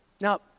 Now